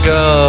go